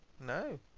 No